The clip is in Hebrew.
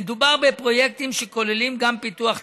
מדובר בפרויקטים שכוללים גם פיתוח תשתיות,